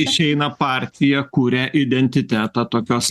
išeina partija kuria identitetą tokios